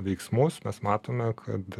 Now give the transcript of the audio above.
veiksmus mes matome kad